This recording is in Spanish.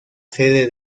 sede